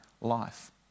life